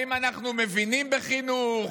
אם אנחנו מבינים בחינוך,